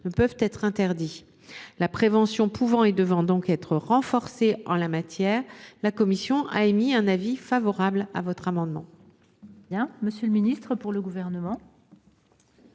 ne peuvent être interdits. La prévention pouvant et devant être renforcée en la matière, la commission a émis un avis favorable sur votre amendement.